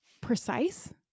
precise